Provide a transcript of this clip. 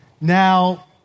Now